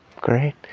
great